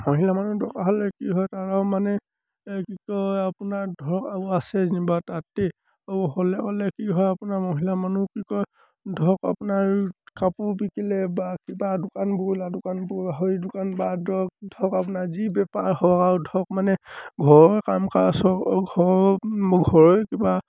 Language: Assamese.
মহিলা মানুহ দৰকাৰ হ'লে কি হয় তাৰমানে কি কয় আপোনাৰ ধৰক আৰু আছে যেনিবা তাতে আৰু হ'লে ক'লে কি হয় আপোনাৰ মহিলা মানুহ কি কয় ধৰক আপোনাৰ কাপোৰ বিকিলে বা কিবা দোকান বোলা দোকানবোৰ গাহৰি দোকান বা ধৰক ধৰক আপোনাৰ যি বেপাৰ হওক আৰু ধৰক মানে ঘৰৰ কাম কাজ হওক ঘৰৰ ঘৰৰে কিবা